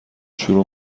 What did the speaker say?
شروع